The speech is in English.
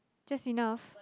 just enough